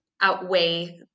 outweigh